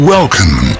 Welcome